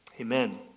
Amen